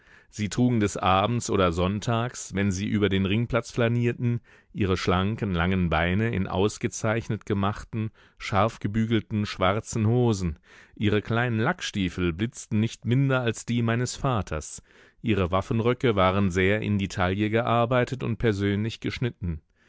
sie trugen des abends oder sonntags wenn sie über den ringplatz flanierten ihre schlanken langen beine in ausgezeichnet gemachten scharfgebügelten schwarzen hosen ihre kleinen lackstiefel blitzten nicht minder als die meines vaters ihre waffenröcke waren sehr in die taille gearbeitet und persönlich geschnitten